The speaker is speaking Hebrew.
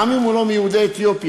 גם אם הוא לא מיהודי אתיופיה,